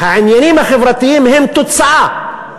העניינים החברתיים הם תוצאה.